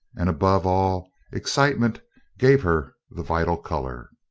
and above all excitement gave her the vital color.